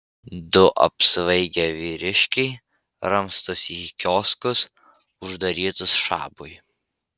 du apsvaigę vyriškiai ramstosi į kioskus uždarytus šabui